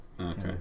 Okay